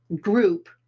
group